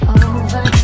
over